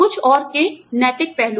कुछ और के नैतिक पहलू